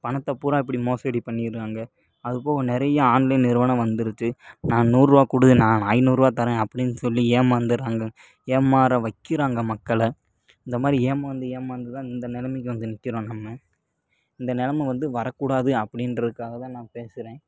பணத்தை பூரா இப்படி மோசடி பண்ணிடுறாங்க அது போக நிறைய ஆன்லைன் நிறுவனம் வந்துடுச்சு நான் நூறுபா கொடு நான் ஐநூறுபா தர்றேன் அப்படினு சொல்லி ஏமாந்துடுறாங்க ஏமாற வைக்கிறாங்க மக்களை இந்தமாதிரி ஏமாந்து ஏமாந்து தான் இந்த நிலைமைக்கு வந்து நிக்கிறோம் நம்ம இந்த நிலைமை வந்து வரக்கூடாது அப்படின்றதுக்காக தான் நான் பேசுகிறேன்